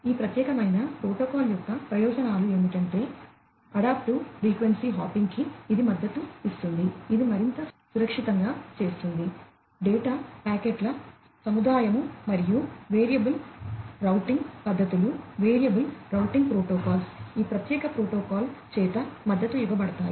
ఈ ప్రత్యేకమైన ప్రోటోకాల్ యొక్క ప్రయోజనాలు ఏమిటంటే అడాప్టివ్ ఫ్రీక్వెన్సీ హోపింగ్ కి ఇది మద్దతు ఇస్తుంది ఇది మరింత సురక్షితంగా చేస్తుంది డేటా ప్యాకెట్ల సముదాయము మరియు వేరియబుల్ రౌటింగ్ పద్దతులు వేరియబుల్ రౌటింగ్ ప్రోటోకాల్స్ ఈ ప్రత్యేక ప్రోటోకాల్ చేత మద్దతు ఇవ్వబడతాయి